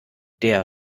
der